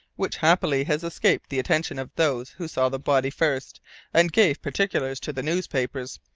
which happily has escaped the attention of those who saw the body first and gave particulars to the newspapers,